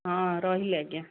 ହଁ ରହିଲି ଆଜ୍ଞା